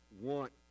want